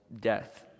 death